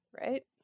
right